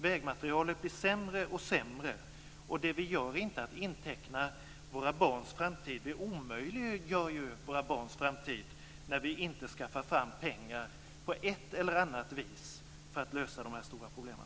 Vägmaterialet blir sämre och sämre. Det vi gör är inte att inteckna våra barns framtid, utan vi omöjliggör ju våra barns framtid när vi inte skaffar fram pengar på ett eller annat vis för att lösa de här stora problemen.